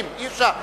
חברים, אי-אפשר.